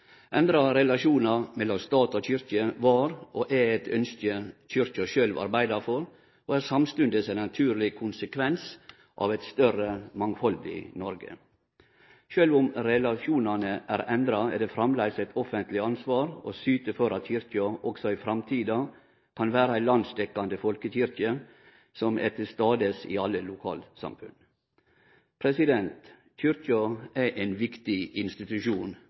Endra relasjonar mellom stat og kyrkje var og er eit ønske Kyrkja sjølv arbeider for, og er samstundes ein naturleg konsekvens av eit større, mangfaldig Noreg. Sjølv om relasjonane er endra, er det framleis eit offentleg ansvar å syte for at Kyrkja også i framtida kan vere ei landsdekkjande folkekyrkje som er til stades i alle lokalsamfunn. Kyrkja er ein viktig institusjon